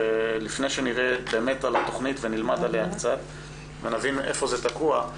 לפני שנראה את התכנית ונלמד עליה קצת ונבין איפה זה תקוע,